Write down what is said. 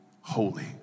holy